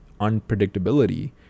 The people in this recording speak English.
unpredictability